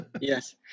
yes